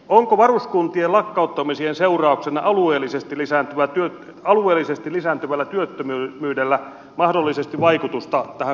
onko varuskuntien lakkauttamisien seurauksena alueellisesti lisääntyvällä työttömyydellä mahdollisesti vaikutusta tähän kuntauudistukseen